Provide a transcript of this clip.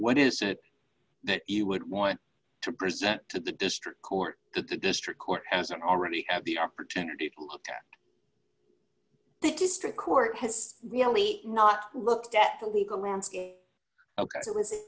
what is it that you would want to present to the district court that the district court hasn't already had the opportunity to the district court has really not looked at the legal grounds ok but was